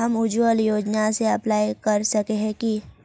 हम उज्वल योजना के अप्लाई कर सके है की?